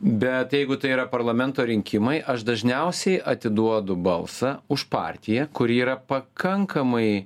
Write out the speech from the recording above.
bet jeigu tai yra parlamento rinkimai aš dažniausiai atiduodu balsą už partiją kuri yra pakankamai